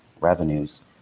revenues